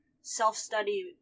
self-study